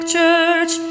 Church